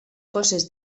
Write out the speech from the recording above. fosses